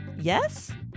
Yes